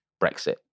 Brexit